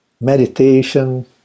Meditation